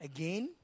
Again